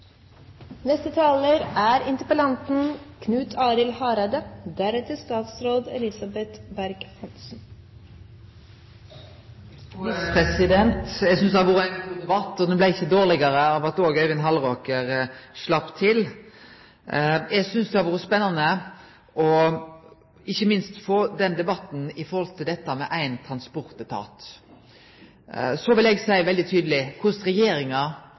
Eg synest det har vore ein god debatt, og han blei ikkje dårlegare av at Øyvind Halleraker òg slapp til. Eg synest ikkje minst det har vore spennande å få debatten om éin transportetat. Så vil eg seie veldig tydeleg at korleis regjeringa